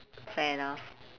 fair enough